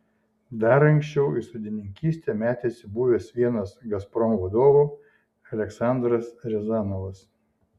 dar anksčiau į sodininkystę metėsi buvęs vienas gazprom vadovų aleksandras riazanovas